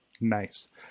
nice